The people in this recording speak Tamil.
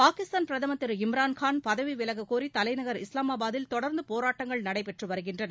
பாகிஸ்தான் பிரதமர் திரு இம்ரான்கான் பதவிவிலகக் கோரி தலைநகர் இஸ்லாமாபாதில் தொடர்ந்து போராட்டங்கள் நடைபெற்று வருகின்றன